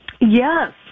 yes